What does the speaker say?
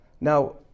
Now